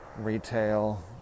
retail